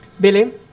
Billy